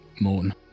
moon